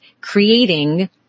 creating